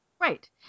Right